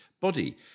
body